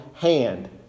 hand